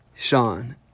Sean